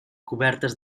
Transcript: cobertes